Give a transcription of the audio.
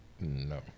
No